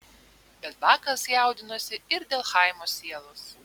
bet bakas jaudinosi ir dėl chaimo sielos